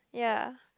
ya